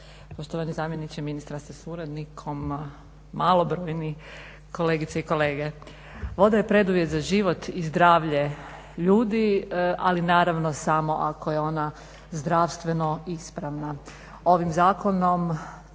poštovani zamjeniče ministra sa suradnikom, malobrojni kolegice i kolege. Voda je preduvjet za život i zdravlje ljudi, ali naravno samo ako je ona zdravstveno ispravna. Ovim zakonom